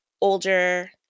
older